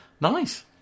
Nice